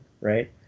right